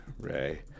Ray